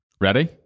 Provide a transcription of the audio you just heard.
Ready